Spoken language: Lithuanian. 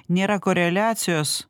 nėra koreliacijos